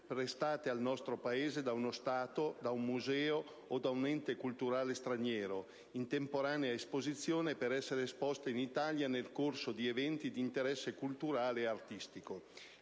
prestate al nostro Paese - da uno Stato, da un museo o da un ente culturale straniero - in temporanea esportazione per essere esposte in Italia, nel corso di eventi di interesse culturale ed artistico.